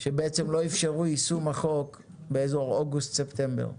שבעצם לא אפשרו את יישום החוק באזור אוגוסט-ספטמבר.